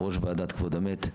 ראש וועדת כבוד המת,